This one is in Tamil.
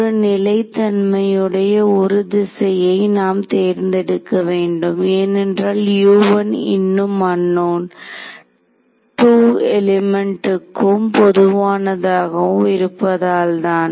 ஒரு நிலைத்தன்மையுடைய ஒரு திசையை நாம் தேர்ந்தெடுக்க வேண்டும் ஏனென்றால் இன்னும் அன்னோன் 2 எலிமெண்ட்க்கும் பொதுவானதாக இருப்பதால் தான்